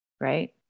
right